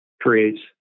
creates